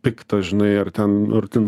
piktas žinai ar ten ar ten